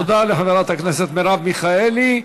תודה לחברת הכנסת מרב מיכאלי.